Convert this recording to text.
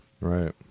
Right